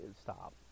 stop